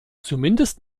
zumindest